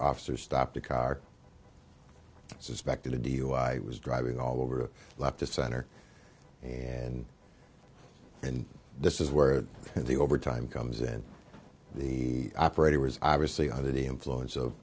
officers stopped a car suspected a dui was driving all over a leftist center and and this is where the overtime comes in the operator was obviously under the influence of